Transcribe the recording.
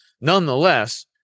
Nonetheless